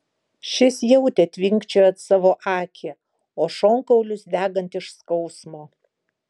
šis jautė tvinkčiojant savo akį o šonkaulius degant iš skausmo